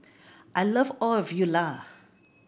I love all of you lah